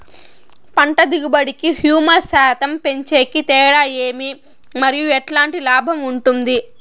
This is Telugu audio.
పంట దిగుబడి కి, హ్యూమస్ శాతం పెంచేకి తేడా ఏమి? మరియు ఎట్లాంటి లాభం ఉంటుంది?